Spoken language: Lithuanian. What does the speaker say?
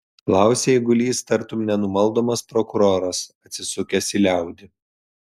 klausė eigulys tartum nenumaldomas prokuroras atsisukęs į liaudį